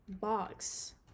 box